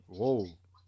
Whoa